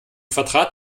quadrat